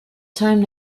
time